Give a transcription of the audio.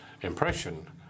impression